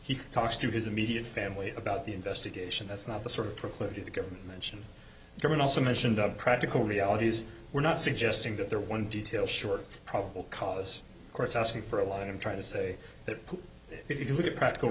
he talks to his immediate family about the investigation that's not the sort of proclivity the government mention here and also mentioned of practical realities we're not suggesting that they're one detail short probable cause courts asking for a line of trying to say that if you look at practical